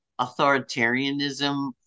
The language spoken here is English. authoritarianism